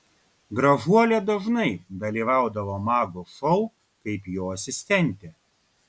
gražuolė dažnai dalyvaudavo mago šou kaip jo asistentė